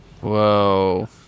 Whoa